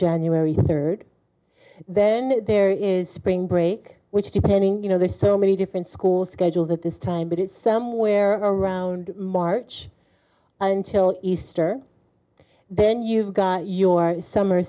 january third then there is spring break which depending you know there's so many different school schedules at this time but it's somewhere around march until easter then you've got your summer